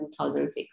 2006